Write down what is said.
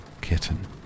Kitten